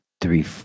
three